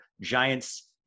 Giants